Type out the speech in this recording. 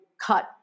cut